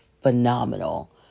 phenomenal